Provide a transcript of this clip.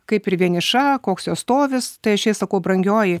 kaip ir vieniša koks jos stovis tai aš jai sakau brangioji